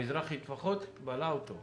מזרחי טפחות בלע אותו.